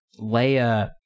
Leia